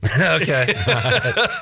okay